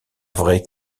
vraie